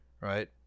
right